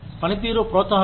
పనితీరు ప్రోత్సాహకాలు